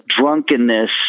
drunkenness